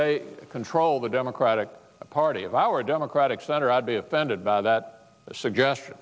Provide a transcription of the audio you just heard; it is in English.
they control the democratic party of our democratic senator i'd be offended by that suggestion